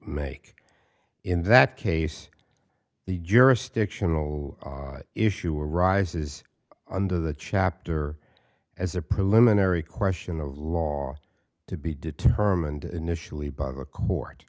make in that case the jurisdictional issue arises under the chapter as a preliminary question of law to be determined initially by the court